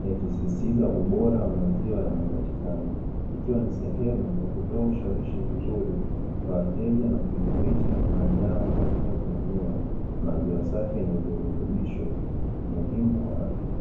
yakisisitiza ubora wa maziwa yanayopatikana, ikiwa ni sehemu ya kutoa ushawishi mzuri kwa wateja na kuimarisha imani yao katika kununua maziwa safi yenye virutubisho muhimu kwa afya.